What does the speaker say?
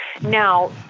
Now